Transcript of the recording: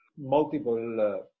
multiple